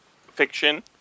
fiction